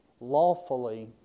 lawfully